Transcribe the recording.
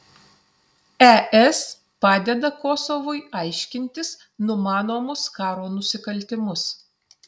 es padeda kosovui aiškintis numanomus karo nusikaltimus